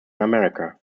america